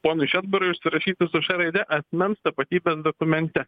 ponui šedbarui užsirašyti su š raide asmens tapatybės dokumente